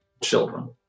children